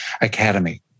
Academy